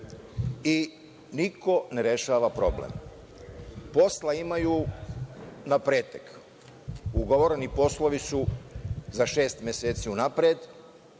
Niko ne rešava problem. Posla imaju na pretek, ugovoreni poslovi su za šest meseci unapred,